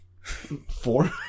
Four